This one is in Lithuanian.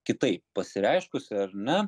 kitaip pasireiškusi ar ne